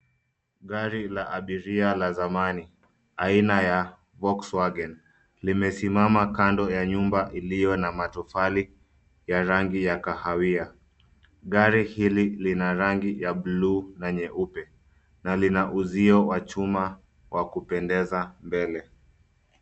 Gari la abiria la zamani, aina ya Volkswagen limesimama kando ya nyumba iliyo na matofali ya rangi ya kahawia. Gari hili lina rangi ya buluu na nyeupe na lina uzio wa chuma wa kupendeza mbele.